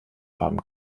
farben